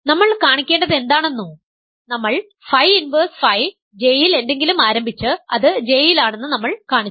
നമ്മൾ കാണിക്കേണ്ടതെന്താണോ നമ്മൾ ഫൈ ഇൻവേർസ് ഫൈ J യിൽ എന്തെങ്കിലും ആരംഭിച്ച് അത് J യിലാണെന്ന് നമ്മൾ കാണിച്ചു